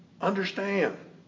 Understand